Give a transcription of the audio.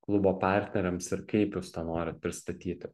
klubo partneriams ir kaip jūs tą norit pristatyti